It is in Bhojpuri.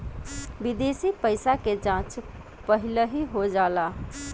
विदेशी पइसा के जाँच पहिलही हो जाला